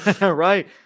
right